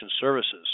Services